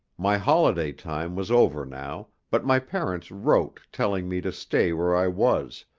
my holiday time was over now, but my parents wrote telling me to stay where i was,